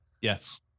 Yes